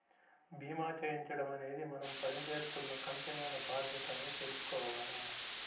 భీమా చేయించడం అనేది మనం పని జేత్తున్న కంపెనీల బాధ్యత అని తెలుసుకోవాల